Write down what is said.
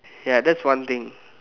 ya that's one thing